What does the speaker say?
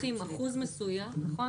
צריכים אחוז מסוים, נכון?